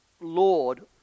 Lord